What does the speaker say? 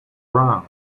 round